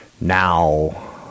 Now